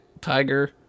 tiger